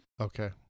Okay